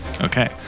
Okay